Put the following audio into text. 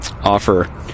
offer